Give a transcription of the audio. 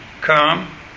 come